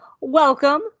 welcome